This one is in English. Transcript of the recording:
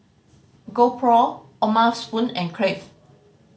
GoPro O'ma Spoon and Crave